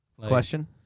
question